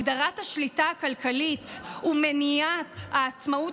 הגדרת השליטה הכלכלית ומניעת העצמאות